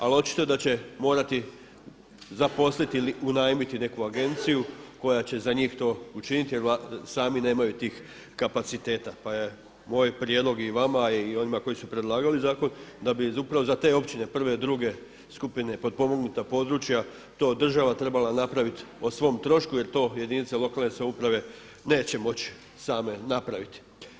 Ali očito da će morati zaposliti ili unajmiti neku agenciju koja će za njih to učiniti, jer sami nemaju tih kapaciteta pa je moj prijedlog i vama i onima koji su predlagali zakon da bi upravo za te općine prve, druge skupine potpomognuta područja to država trebala napraviti o svom trošku jer to jedinice lokalne samouprave neće moći same napraviti.